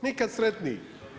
Nikad sretniji.